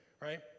right